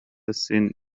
السن